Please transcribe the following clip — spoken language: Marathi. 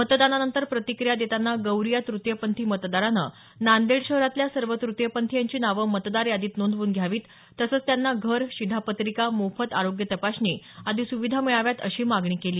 मतदानानंतर प्रतिक्रिया देताना गौरी या तृतीयपंथी मतदारानं नांदेड शहरातल्या सर्व तृतीयपंथीयांची नाव मतदार यादीत नोंदवून घ्यावीत तसंच त्यांना घर शिधापत्रिका मोफत आरोग्य तपासणी आदी सुविधा मिळाव्यात अशी मागणी केली